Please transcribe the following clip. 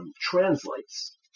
translates